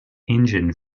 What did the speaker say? engine